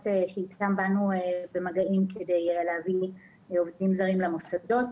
שאיתם באנו במגעים כדי להביא עובדים זרים למוסדות.